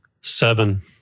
Seven